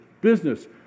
business